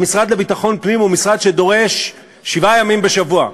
המשרד לביטחון הפנים הוא משרד שדורש שבעה ימים בשבוע,